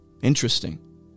Interesting